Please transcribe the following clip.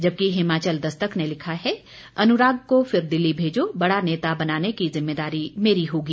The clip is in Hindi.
जबकि हिमाचल दस्तक ने लिखा है अनुराग को फिर दिल्ली भेजो बड़ा नेता बनाने की जिम्मेदारी मेरी होगी